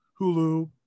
Hulu